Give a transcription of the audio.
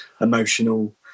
emotional